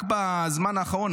רק בזמן האחרון,